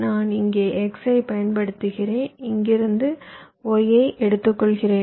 நான் இங்கே X ஐப் பயன்படுத்துகிறேன் இங்கிருந்து Y ஐ எடுத்துக்கொள்கிறேன்